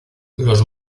los